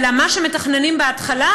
אלא מה שמתכננים בהתחלה,